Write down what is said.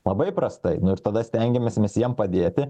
labai prastai na ir tada stengiamės mes jiem padėti